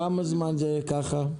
כמה זמן זה ככה?